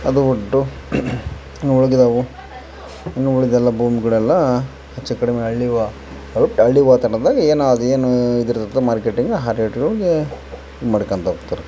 ಅದೂ ಒಟ್ಟು ಇನ್ನು ಉಳಿದವು ಇನ್ನು ಉಳಿದೆಲ್ಲ ಭೂಮಿಗಳೆಲ್ಲಾ ಹೆಚ್ಚು ಕಡ್ಮೆ ಹಳ್ಳಿ ಹಳ್ಳಿ ವಾತಾವರ್ನದಾಗೆ ಏನು ಅದೇನು ಇದ್ರದ್ದು ಅಥ್ವ ಮಾರ್ಕೆಟಿಗೆ ಆ ರೇಟ್ ಒಳಗೆ ಇದು ಮಾಡ್ಕೋತ್ ಹೋಗ್ತಾರೆ